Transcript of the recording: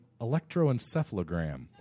electroencephalogram